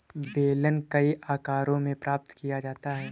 बेलन कई आकारों में प्राप्त किया जाता है